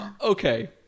Okay